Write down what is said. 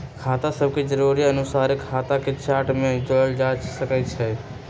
खता सभके जरुरी अनुसारे खता के चार्ट में जोड़ल जा सकइ छै